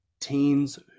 teens